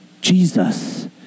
Jesus